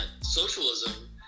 socialism